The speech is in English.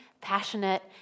passionate